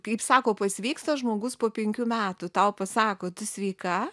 kaip sako pasveiksta žmogus po penkių metų tau pasako tu sveika